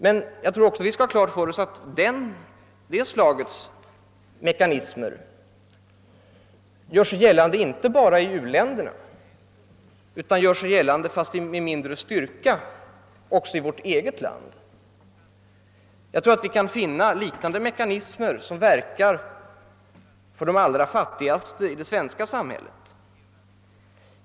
Men vi skall också ha klart för oss att detta slags mekanismer gör sig gällande inte bara i u-länderna utan även, fastän i mindre skala, i vårt eget land. Jag tror att vi kan finna liknande mekanismer som verkar för de allra fattigaste i det svenska samhället.